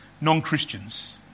non-Christians